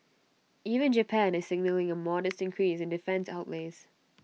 even Japan is signalling A modest increase in defence outlays